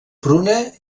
pruna